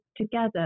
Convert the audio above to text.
together